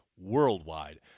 worldwide